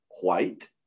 white